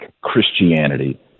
christianity